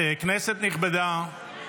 כנסת נכבדה,